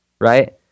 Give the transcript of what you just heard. right